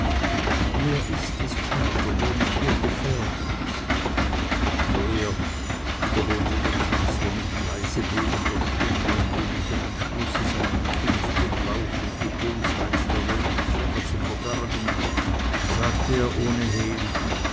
wer ist es vater der mich hier gefährdet wer wiederholte der kanzler mit leise bebender stimme und wie mit dem entschlusse seinem kinde den lauf und die bosheit der welt nicht länger zu verbergen sagte er ohne hehl